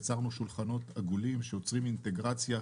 יצרנו שולחנות עגולים שיוצרים אינטגרציה,